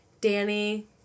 danny